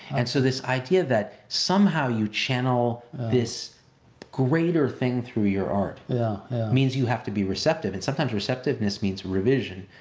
and so this idea that somehow you channel this greater thing through your art means you have to be receptive and sometimes receptiveness means revision.